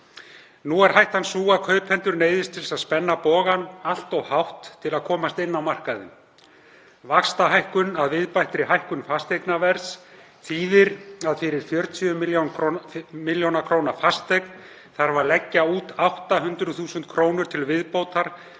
Nú er hættan sú að kaupendur neyðist til að spenna bogann allt of hátt til að komast inn á markaðinn. Vaxtahækkun að viðbættri hækkun fasteignaverðs þýðir að fyrir 40 millj. kr. fasteign þarf að leggja út 800.000 kr. til viðbótar